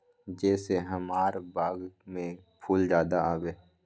जे से हमार बाग में फुल ज्यादा आवे?